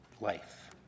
life